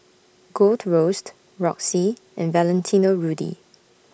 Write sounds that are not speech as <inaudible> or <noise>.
Gold Roast Roxy and Valentino Rudy <noise>